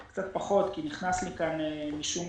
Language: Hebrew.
קצת פחות 170 מעונות מתוך 2,000 שהם